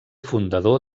fundador